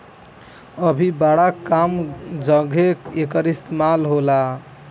अभी बड़ा कम जघे एकर इस्तेमाल होला